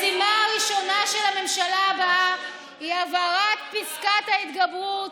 "המשימה הראשונה של הממשלה הבאה היא העברת פסקת התגברות"